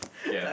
okay ah